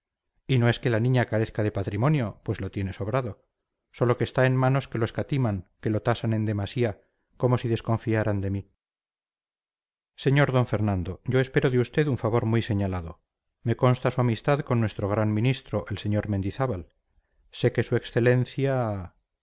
y no es que la niña carezca de patrimonio pues lo tiene sobrado sólo que está en manos que lo escatiman que lo tasan en demasía como si desconfiaran de mí sr d fernando yo espero de usted un favor muy señalado me consta su amistad con nuestro gran ministro el sr mendizábal sé que su excelencia